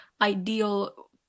ideal